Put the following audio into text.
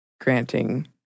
granting